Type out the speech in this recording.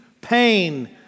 pain